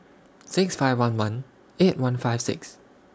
six five one one eight one five six